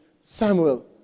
Samuel